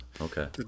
okay